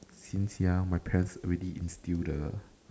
since young my parents already instil the